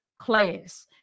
class